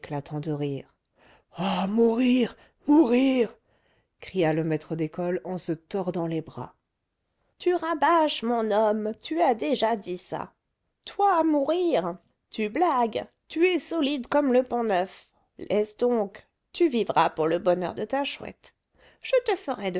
éclatant de rire oh mourir mourir cria le maître d'école en se tordant les bras tu rabâches mon homme tu as déjà dit ça toi mourir tu blagues tu es solide comme le pont-neuf laisse donc tu vivras pour le bonheur de ta chouette je te ferai